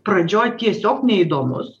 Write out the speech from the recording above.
pradžioj tiesiog neįdomus